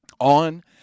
on